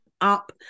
up